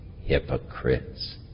hypocrites